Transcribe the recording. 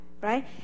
Right